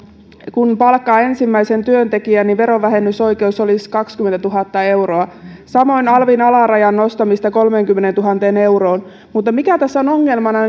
kun palkkaa ensimmäisen työntekijän niin verovähennysoikeus olisi kaksikymmentätuhatta euroa samoin alvin alarajan nostamista kolmeenkymmeneentuhanteen euroon mikä tässä on ongelmana